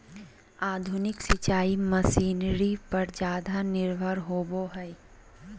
आधुनिक सिंचाई मशीनरी पर ज्यादा निर्भर होबो हइ